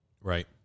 Right